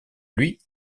lui